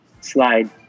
slide